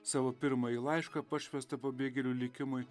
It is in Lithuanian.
savo pirmąjį laišką pašvęstą pabėgėlių likimui